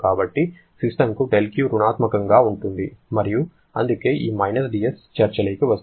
కాబట్టి సిస్టమ్కు δQ రుణాత్మకంగా ఉంటుంది మరియు అందుకే ఈ dS చర్చలోకి వస్తోంది